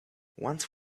once